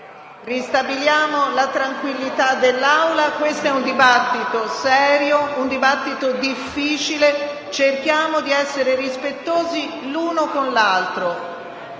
Ristabiliamo la tranquillità dell'Aula. Questo è un dibattito serio, un dibattito difficile. Cerchiamo di essere rispettosi l'uno con l'altro